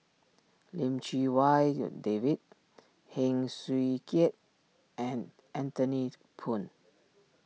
Lim Chee Wai David Heng Swee Keat and Anthony Poon